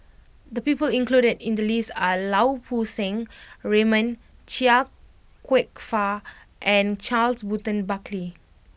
the people included in the list are Lau Poo Seng Raymond Chia Kwek Fah and Charles Burton Buckley